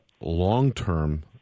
long-term